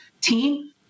team